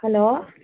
hello